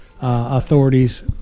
Authorities